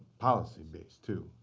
policy based too.